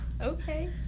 Okay